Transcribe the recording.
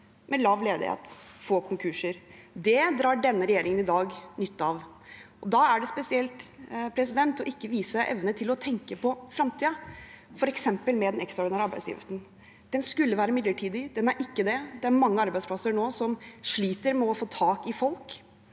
med lav ledighet og få konkurser. Det drar denne regjeringen i dag nytte av, og da er det spesielt å ikke vise evne til å tenke på fremtiden, f.eks. med den ekstraordinære arbeidsgiveravgiften. Den skulle være midlertidig. Den er ikke det. Det er mange arbeidsplasser nå som sliter med å få tak i folk,